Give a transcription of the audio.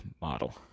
model